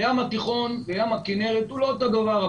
הים התיכון וים הכינרת הם לא אותו הדבר.